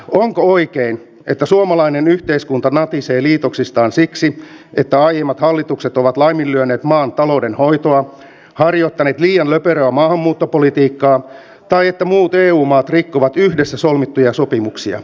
onko oikein että suomalainen yhteiskunta natisee liitoksistaan siksi että aiemmat hallitukset ovat laiminlyöneet maan talouden hoitoa harjoittaneet liian löperöä maahanmuuttopolitiikkaa tai että muut eu maat rikkovat yhdessä solmittuja sopimuksia